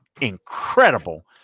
incredible